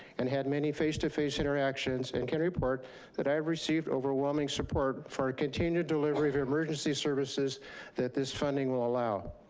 and had many face to face interactions, and can report that i received overwhelming support for our continued delivery of emergency services that this funding will allow.